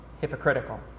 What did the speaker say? hypocritical